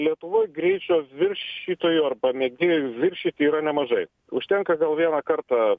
lietuvoj greičio viršytojų arba mėgėjų viršyt yra nemažai užtenka gal vieną kartą